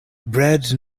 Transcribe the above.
bread